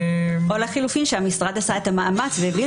או לחילופין שהמשרד עשה את המאמץ והביא